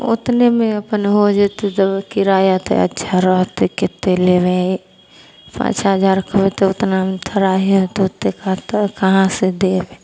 ओतनेमे अपन हो जेतै तऽ किराया तऽ अच्छा रहतै कतेक लेबै पाँच हजार कहबै तऽ ओतनामे थोड़ा ही होतै ओतेक कतऽ कहाँसे देब